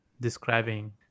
describing